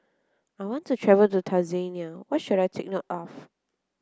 I want to travel to Tanzania what should I take note of